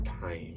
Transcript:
time